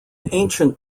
ancient